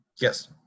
Yes